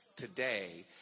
Today